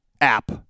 app